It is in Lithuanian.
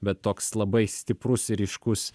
bet toks labai stiprus ir ryškus